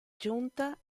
giunta